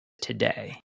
today